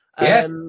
Yes